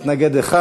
21 בעד, מתנגד אחד.